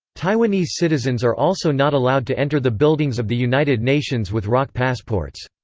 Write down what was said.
taiwanese citizens are also not allowed to enter the buildings of the united nations with roc passports.